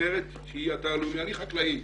אני חקלאי,